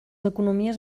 economies